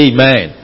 Amen